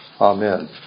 Amen